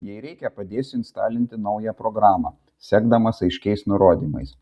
jei reikia padėsiu instalinti naują programą sekdamas aiškiais nurodymais